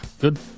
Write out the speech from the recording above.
good